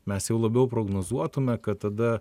mes jau labiau prognozuotume kad tada